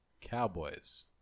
cowboys